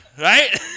right